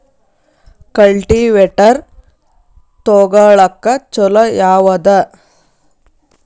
Cultivator ತೊಗೊಳಕ್ಕ ಛಲೋ ಯಾವದ?